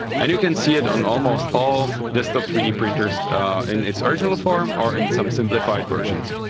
and you can see it on almost all desktop three d printers in its original form or in some simplified versions.